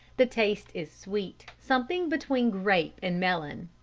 the taste is sweet, something between grape and melon.